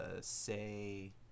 say